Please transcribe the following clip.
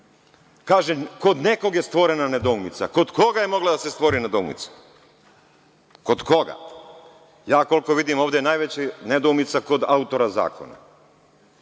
kod nekog je stvorena nedoumica. Kod koga je mogla da se stvori nedoumica? Kod koga? Koliko vidim ovde je najveća nedoumica kod autora zakona.